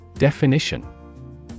Definition